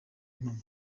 impamo